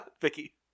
Vicky